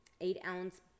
eight-ounce